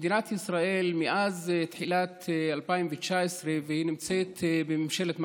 מדינת ישראל נמצאת מאז תחילת 2019 בממשלת מעבר.